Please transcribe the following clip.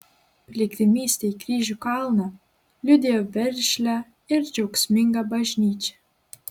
piligrimystė į kryžių kalną liudijo veržlią ir džiaugsmingą bažnyčią